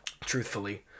truthfully